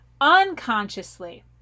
unconsciously